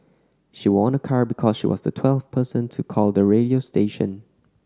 she won a car because she was the twelfth person to call the radio station